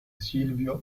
silvio